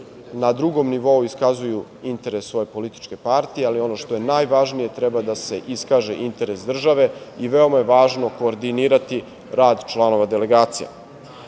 Na drugom nivou iskazuju interes svoje političke partije, ali ono što je najvažnije, treba da se iskaže interes države i veoma je važno koordinirati rad članova delegacija. Nažalost,